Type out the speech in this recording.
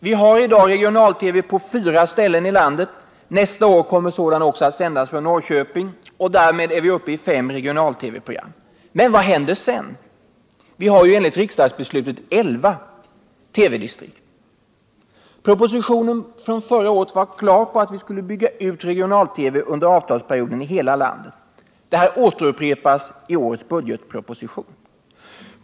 Det finns i dag regional-TV på fyra ställen i landet, och nästa år kommer sådan att sändas också från Norrköping — därmed är vi uppe i fem regional-TV-program. Men vad händer sedan? Vi har ju enligt riksdagsbeslutet elva TV-distrikt. Propositionen förra året gav klart besked om att vi skulle bygga ut regional TV i hela landet under avtalsperioden. Detta upprepas i årets budgetproposition.